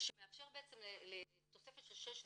שמאפשר תוספת של שש דירות.